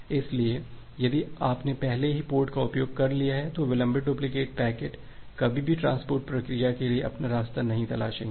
इसलिए यदि आपने पहले ही पोर्ट का उपयोग कर लिया है तो विलंबित डुप्लिकेट पैकेट कभी भी ट्रांसपोर्ट प्रक्रिया के लिए अपना रास्ता नहीं तलाशेंगे